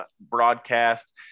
broadcast